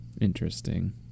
interesting